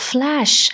，Flash